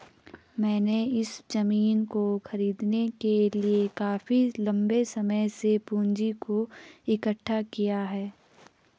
मैंने इस जमीन को खरीदने के लिए काफी लंबे समय से पूंजी को इकठ्ठा किया है